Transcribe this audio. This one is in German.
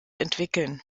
entwickeln